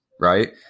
Right